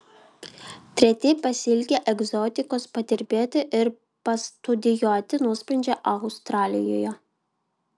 treti pasiilgę egzotikos padirbėti ir pastudijuoti nusprendžia australijoje